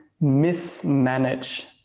mismanage